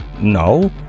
no